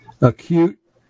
acute